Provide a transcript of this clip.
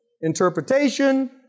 Interpretation